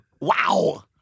wow